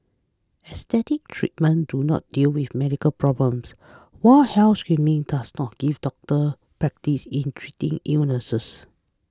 aesthetic treatments do not deal with medical problems while health screening does not give doctors practice in treating illnesses